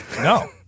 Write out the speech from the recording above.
no